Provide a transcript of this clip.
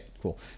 cool